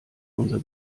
unser